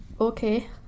Okay